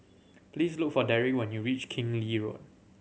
please look for Derrick when you reach Keng Lee Road